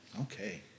Okay